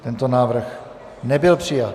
Tento návrh nebyl přijat.